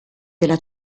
della